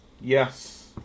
Yes